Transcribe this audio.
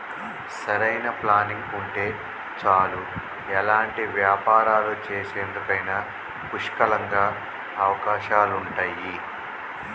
సరైన ప్లానింగ్ ఉంటే చాలు ఎలాంటి వ్యాపారాలు చేసేందుకైనా పుష్కలంగా అవకాశాలుంటయ్యి